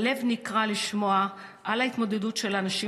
הלב נקרע לשמוע על ההתמודדות של אנשים